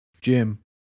Jim